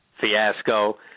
fiasco